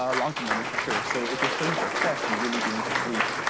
ah long term memory for sure. so if you're sitting for a test, you really do need to sleep.